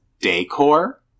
decor